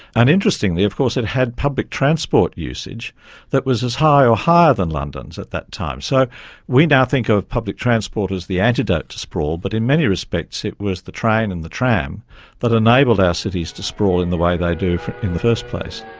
and interestingly of course it had public transport usage that was as high or higher than london's at that time. so we now think of public transport as the antidote to sprawl, but in many respects it was the train and the tram that enabled our cities to sprawl in the way they do in the first place.